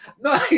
No